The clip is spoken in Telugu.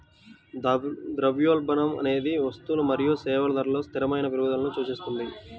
ద్రవ్యోల్బణం అనేది వస్తువులు మరియు సేవల ధరలలో స్థిరమైన పెరుగుదలను సూచిస్తుంది